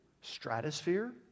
stratosphere